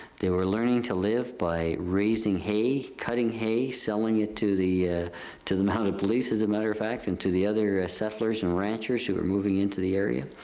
they were learning to live by raising hay, cutting hay, selling it to to the mounted police as a matter of fact, and to the other ah settlers and ranchers who were moving into the area.